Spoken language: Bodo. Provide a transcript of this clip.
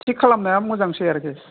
थिग खालामनाया मोजांसै आरोखि